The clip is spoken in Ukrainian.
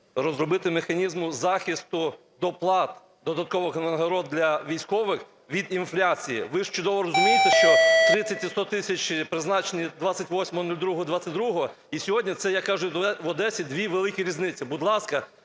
розробити механізм захисту доплат, додаткових нагород для військових від інфляції. Ви ж чудово розумієте, що 30 і 100 тисяч, призначені 28.02.2022 і сьогодні, – це, як кажуть в Одесі, дві великі різниці. Будь ласка,